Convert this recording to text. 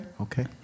Okay